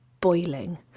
boiling